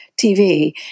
TV